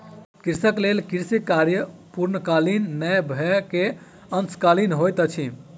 कृषक लेल कृषि कार्य पूर्णकालीक नै भअ के अंशकालिक होइत अछि